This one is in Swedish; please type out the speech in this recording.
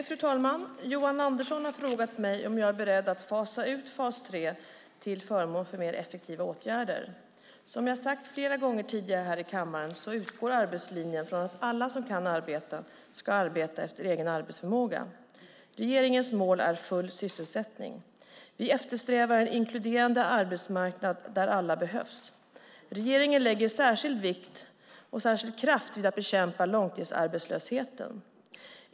Fru talman! Johan Andersson har frågat mig om jag är beredd att fasa ut fas 3 till förmån för mer effektiva åtgärder. Som jag har sagt flera gånger tidigare här i kammaren utgår arbetslinjen från att alla som kan arbeta ska arbeta, efter egen arbetsförmåga. Regeringens mål är full sysselsättning. Vi eftersträvar en inkluderande arbetsmarknad där alla behövs. Regeringen lägger särskild kraft på att bekämpa långtidsarbetslösheten.